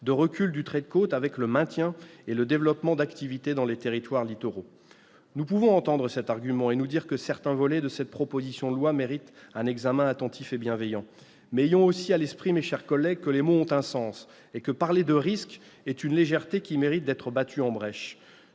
de recul du trait de côte avec le maintien et le développement d'activités dans les territoires littoraux ». Nous pouvons entendre cet argument et nous dire que certains volets de la proposition de loi méritent un examen attentif et bienveillant, mais, ayons aussi à l'esprit, mes chers collègues, que les mots ont un sens et que parler de risque est une preuve de légèreté qui mérite d'être battue en brèche.